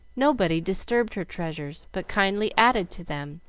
nobody disturbed her treasures, but kindly added to them,